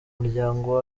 muryango